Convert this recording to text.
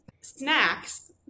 snacks